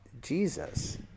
Jesus